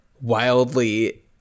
wildly